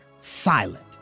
silent